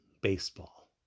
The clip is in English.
baseball